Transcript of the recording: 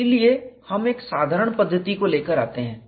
इसलिए हम एक साधारण पद्धति को लेकर आते हैं